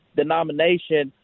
denomination